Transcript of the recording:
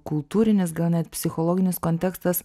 kultūrinis gal net psichologinis kontekstas